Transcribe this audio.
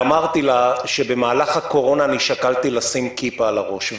ואמרתי לה שבמהלך הקורונה שקלתי לשים כיפה על הראש.